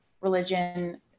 religion